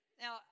Now